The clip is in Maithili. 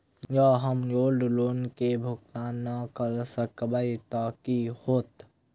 जँ हम गोल्ड लोन केँ भुगतान न करऽ सकबै तऽ की होत?